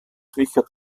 richard